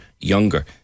younger